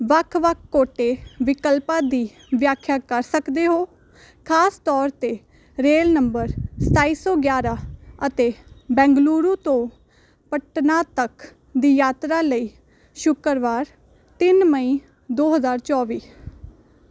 ਵੱਖ ਵੱਖ ਕੋਟੇ ਵਿਕਲਪਾਂ ਦੀ ਵਿਆਖਿਆ ਕਰ ਸਕਦੇ ਹੋ ਖਾਸ ਤੌਰ 'ਤੇ ਰੇਲ ਨੰਬਰ ਸਤਾਈ ਸੌ ਗਿਆਰਾਂ ਅਤੇ ਬੈਂਗਲੁਰੂ ਤੋਂ ਪਟਨਾ ਤੱਕ ਦੀ ਯਾਤਰਾ ਲਈ ਸ਼ੁੱਕਰਵਾਰ ਤਿੰਨ ਮਈ ਦੋ ਹਜ਼ਾਰ ਚੌਵੀ